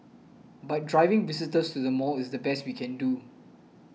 but driving visitors to the mall is the best we can do